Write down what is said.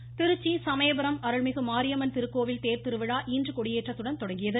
கோவில் திருச்சி சமயபுரம் அஅுள்மிகு மாரியம்மன் திருக்கோவில் தேர்த்திருவிழா இன்று கொடியேற்றத்துடன் தொடங்கியது